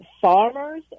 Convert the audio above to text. farmers